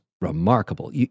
remarkable